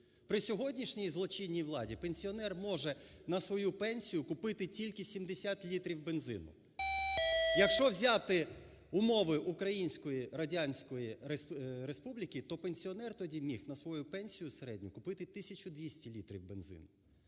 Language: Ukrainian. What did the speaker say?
При сьогоднішній злочинній владі пенсіонер може на свою пенсію купити тільки 70 літрів бензину. Якщо взяти умови Української Радянської Республіки, то пенсіонер тоді міг на свою пенсію середню купити 1200 літрів бензину.